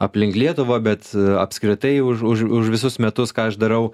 aplink lietuvą bet apskritai už už už visus metus ką aš darau